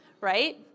right